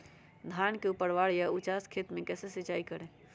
धान के ऊपरवार या उचास खेत मे कैसे सिंचाई करें?